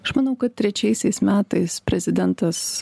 aš manau kad trečiaisiais metais prezidentas